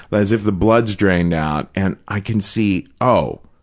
but as if the blood's drained out, and i can see, oh,